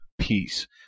peace